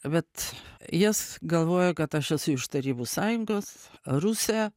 bet jis galvojo kad aš esu iš tarybų sąjungos rusė